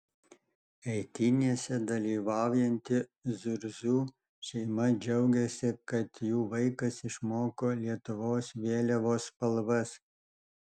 eitynėse dalyvaujanti zurzų šeima džiaugiasi kad jų vaikas išmoko lietuvos vėliavos spalvas